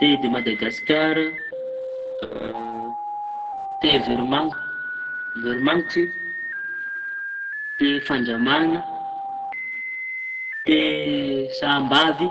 Te de Madagasikara, te veroma- veromanitsy, te fandramaña, te sahambavy.